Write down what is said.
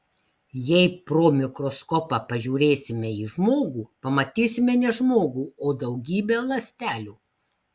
jei pro mikroskopą pažiūrėsime į žmogų pamatysime ne žmogų o daugybę ląstelių